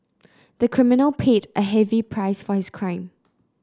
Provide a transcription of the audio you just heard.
the criminal paid a heavy price for his crime